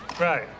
right